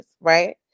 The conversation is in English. Right